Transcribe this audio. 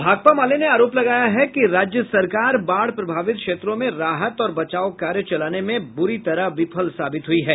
भाकपा माले ने आरोप लगाया है कि राज्य सरकार बाढ़ प्रभावित क्षेत्रों में राहत और बचाव कार्य चलाने में बुरी तरफ विफल साबित हुई है